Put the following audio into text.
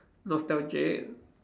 nostalgic